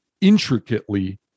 intricately